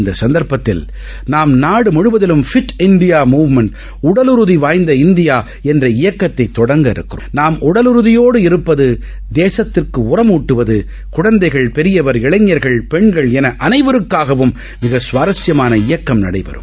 இந்த சந்தர்ப்பத்தில் நாம் நாடுமுழுவதம் பிட் இந்தியா முமெண்ட் உடல் உறுதிவாய்ந்த இந்தியா என்ற இயக்கத்தை தொடங்க நாம் உடல் உறுதியோடு இருந்து தேசத்திற்கு உரம் ஊட்டுவது குழந்தைகள் பெரியவர்கள் இளைஞர்கள் பெண்கள் என அனைவருக்காகவும் இந்த சுவாரஸியமான இயக்கம் நடைபெறும்